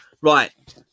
Right